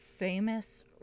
famous